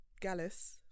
Gallus